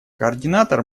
координатор